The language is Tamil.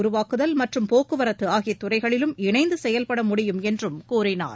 உருவாக்குதல் மற்றும் போக்குவரத்து ஆகிய துறைகளிலும் நவீன நகரங்களை இணைந்து செயல்படமுடியும் என்றும் கூறினார்